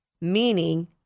meaning